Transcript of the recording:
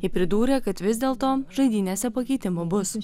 ji pridūrė kad vis dėlto žaidynėse pakeitimų bus